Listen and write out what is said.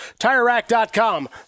TireRack.com